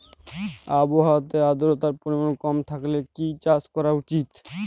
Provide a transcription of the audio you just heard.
আবহাওয়াতে আদ্রতার পরিমাণ কম থাকলে কি চাষ করা উচিৎ?